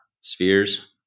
spheres